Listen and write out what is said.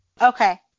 Okay